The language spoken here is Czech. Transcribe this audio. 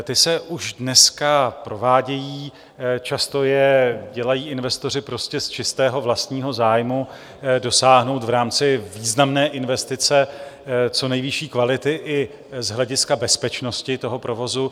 Ty se už dneska provádějí, často je dělají investoři prostě z čistého vlastního zájmu dosáhnout v rámci významné investice co nejvyšší kvality i z hlediska bezpečnosti toho provozu.